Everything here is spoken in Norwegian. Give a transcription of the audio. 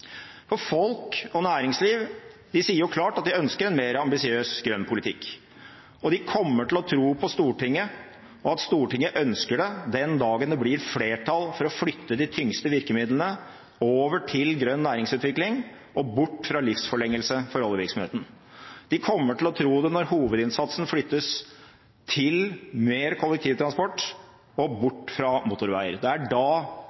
bærekraftsamfunnet. Folk og næringsliv sier klart at de ønsker en mer ambisiøs grønn politikk. De kommer til å tro på Stortinget og at Stortinget ønsker det den dagen det blir flertall for å flytte de tyngste virkemidlene over til grønn næringsutvikling og bort fra livsforlengelse for oljevirksomheten. De kommer til å tro det når hovedinnsatsen flyttes til mer kollektivtransport og bort fra motorveier. Det er da